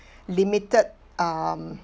limited um